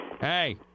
Hey